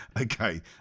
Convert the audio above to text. Okay